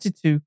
22